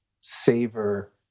savor